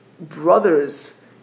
brothers